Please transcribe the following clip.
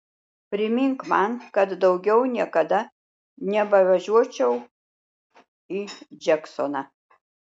primink man kad daugiau niekada nebevažiuočiau į džeksoną